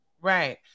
Right